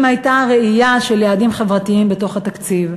הייתה ראייה של יעדים חברתיים בתוך התקציב.